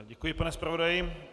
Děkuji, pane zpravodaji.